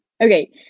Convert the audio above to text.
Okay